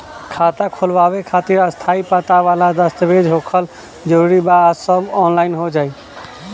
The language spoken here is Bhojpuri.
खाता खोलवावे खातिर स्थायी पता वाला दस्तावेज़ होखल जरूरी बा आ सब ऑनलाइन हो जाई?